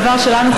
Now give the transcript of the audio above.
דבר שלנו,